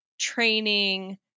training